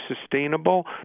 sustainable